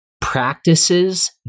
practices